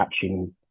catching